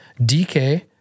DK